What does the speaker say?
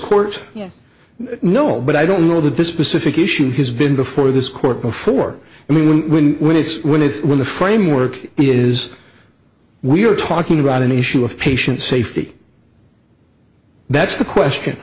yes no but i don't know that this specific issue has been before this court before and we will win when it's when it's when the framework is we're talking about an issue of patient safety that's the question